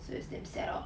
so it's damn sad lor